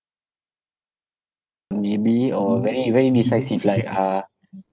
maybe or very very decisive like uh